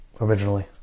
originally